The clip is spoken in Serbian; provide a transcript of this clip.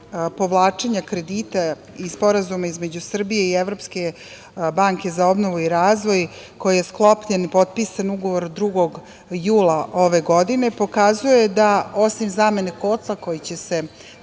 povlačenja kredita i Sporazuma između Srbije i Evropske banke za obnovu i razvoj koji je sklopljen i potpisan 2. jula ove godine pokazuje da osim zamene kotla koji će se